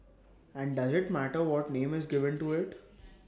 and does IT matter what name is given to IT